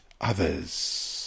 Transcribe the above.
others